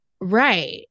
right